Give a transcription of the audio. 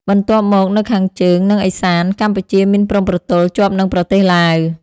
បន្ទាប់មកនៅខាងជើង និងឦសាន្ត កម្ពុជាមានព្រំប្រទល់ជាប់នឹងប្រទេសឡាវ។